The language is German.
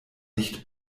nicht